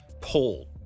poll